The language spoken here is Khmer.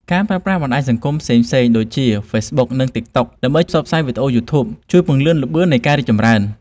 ការប្រើប្រាស់បណ្តាញសង្គមផ្សេងៗដូចជា ហ្វេសប៊ុក និង តិក តុក ដើម្បីផ្សព្វផ្សាយវីដេអូ យូធូប ជួយពន្លឿនល្បឿននៃការរីកចម្រើន។